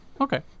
Okay